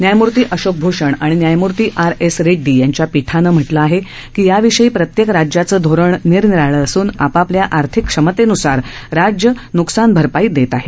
न्यायमूर्ती अशोक भूषण आणि न्यायमूर्ती आर एस रेड्डी यांच्या पीठानं सांगितलं की याविषयी प्रत्येक राज्याचं धोरण निरनिराळं असून आपापल्या आर्थिक क्षमतेन्सार राज्य नुकसान भरपाई देत आहेत